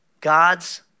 God's